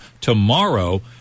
tomorrow